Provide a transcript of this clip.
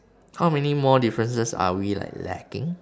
how many more differences are we like lacking